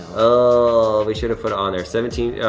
oh, we should've put on there, seventeen.